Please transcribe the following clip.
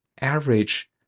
average